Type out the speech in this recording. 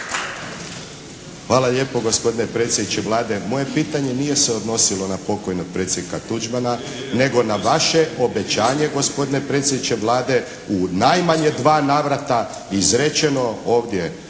Hvala lijepo gospodine predsjedniče Vlade. Moje pitanje nije se odnosilo na pokojnog predsjednika Tuđmana, nego na vaše obećanje gospodine predsjedniče Vlade u najmanje dva navrata izrečeno ovdje,